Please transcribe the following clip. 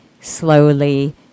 slowly